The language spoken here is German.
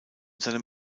seinem